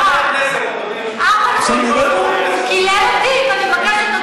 בלי תוכן.